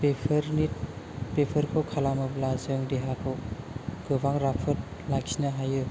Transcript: बेफोरखौ खालामोबा जों देहाखौ गोबां राफोद लाखिनो हायो